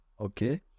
okay